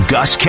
Gus